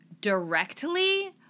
directly